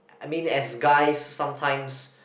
I mean as guys sometimes